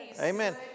amen